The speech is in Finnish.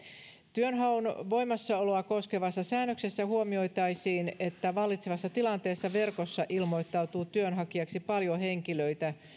työnhaun voimassaoloa koskevassa säännöksessä huomioitaisiin että vallitsevassa tilanteessa verkossa ilmoittautuu työnhakijaksi paljon henkilöitä